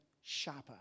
sharper